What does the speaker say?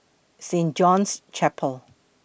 Saint John's Chapel